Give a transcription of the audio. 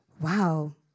Wow